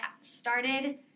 started